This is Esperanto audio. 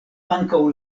ankaŭ